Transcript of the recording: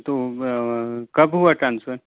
तो कब हुआ ट्रांसफ़र